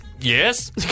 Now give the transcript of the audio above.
yes